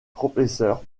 professeure